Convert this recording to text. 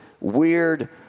weird